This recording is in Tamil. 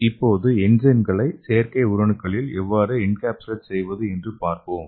இப்போது என்சைம்களை செயற்கை உயிரணுக்களில் எவ்வாறு என்கேப்சுலேட் செய்வது என்று பார்ப்போம்